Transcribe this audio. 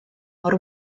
mor